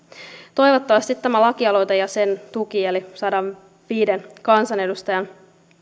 toivottavasti tämä lakialoite ja sen tuki eli sadanviiden kansanedustajan